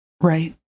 Right